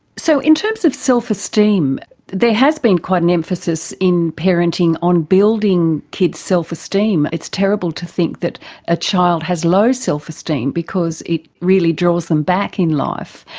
so in terms of self-esteem there has been quite an emphasis in parenting on building kids' self-esteem. it's terrible to think that a child has low self-esteem because it really draws them back in life.